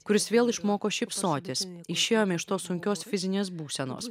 kuris vėl išmoko šypsotis išėjome iš tos sunkios fizinės būsenos